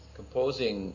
composing